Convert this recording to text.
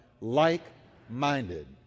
like-minded